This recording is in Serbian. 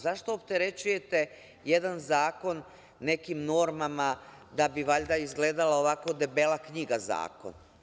Zašto opterećujete jedan zakon nekim normama da bi valjda izgledala ovako debela knjiga – zakon?